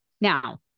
Now